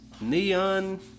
Neon